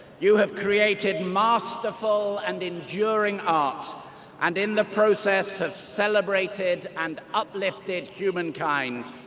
you have created masterful and enduring art and in the process have celebrated and uplifted humankind.